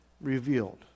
revealed